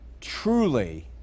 truly